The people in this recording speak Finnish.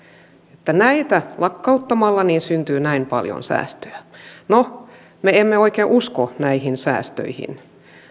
että näitä lakkauttamalla syntyy näin paljon säästöjä no me emme oikein usko näihin säästöihin